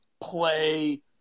play